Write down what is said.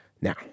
Now